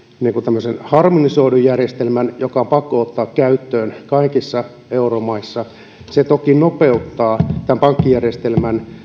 tämmöisen harmonisoidun järjestelmän joka on pakko ottaa käyttöön kaikissa euromaissa niin se toki nopeuttaa tämän pankkijärjestelmän